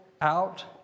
out